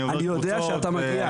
אני יודע שאתה מגיע,